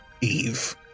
Eve